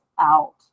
out